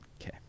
Okay